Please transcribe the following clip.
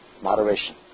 Moderation